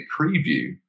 preview